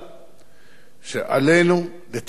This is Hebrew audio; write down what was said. שעלינו לתקן רבות.